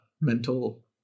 mental